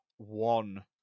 one